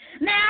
Now